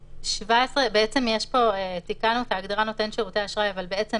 ב-17 תיקנו את ההגדרה של "נותן שירותי אשראי" אבל בעצם